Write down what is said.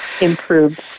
improved